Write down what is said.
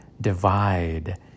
divide